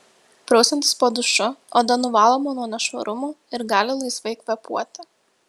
prausiantis po dušu oda nuvaloma nuo nešvarumų ir gali laisvai kvėpuoti